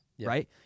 right